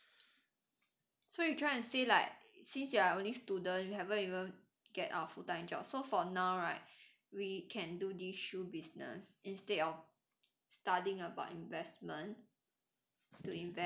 so you trying to say like since you are only student you haven't get your full time job so for now we can do this shoe business instead of studying about investment to invest